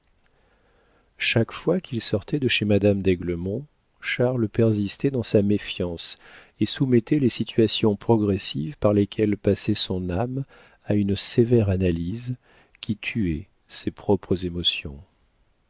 chaque fois qu'il sortait de chez madame d'aiglemont charles persistait dans sa méfiance et soumettait les situations progressives par lesquelles passait son âme à une sévère analyse qui tuait ses propres émotions